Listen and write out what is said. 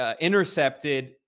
intercepted